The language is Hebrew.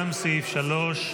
גם סעיף 3,